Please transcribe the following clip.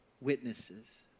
witnesses